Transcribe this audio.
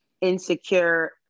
insecure